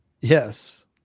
Yes